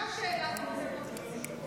אתה יודע שאילת נמצאת בתקציב?